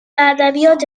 ادبیات